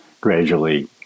gradually